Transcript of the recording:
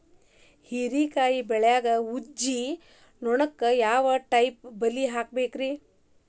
ಹೇರಿಕಾಯಿ ಬೆಳಿಯಾಗ ಊಜಿ ನೋಣಕ್ಕ ಯಾವ ಟೈಪ್ ಬಲಿ ಹಾಕಬೇಕ್ರಿ?